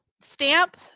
stamp